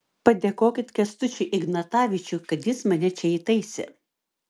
padėkokit kęstučiui ignatavičiui kad jis mane čia įtaisė